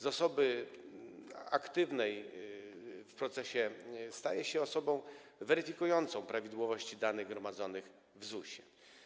Z osoby aktywnej w procesie staje się on osobą weryfikującą prawidłowość danych gromadzonych w ZUS-ie.